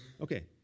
Okay